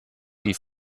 die